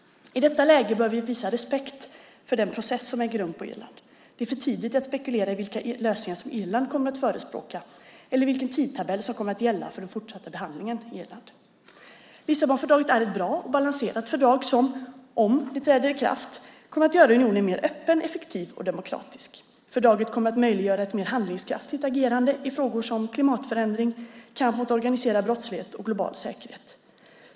I detta läge bör vi visa respekt för den process som äger rum på Irland. Det är för tidigt att spekulera i vilka lösningar som Irland kommer att förespråka eller vilken tidtabell som kommer att gälla för den fortsatta behandlingen i Irland. Lissabonfördraget är ett bra och balanserat fördrag som - om det träder i kraft - kommer att göra unionen mer öppen, effektiv och demokratisk. Fördraget kommer att möjliggöra ett mer handlingskraftigt agerande i frågor som klimatförändring, kamp mot organiserad brottslighet och global säkerhet.